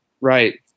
Right